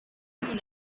umuntu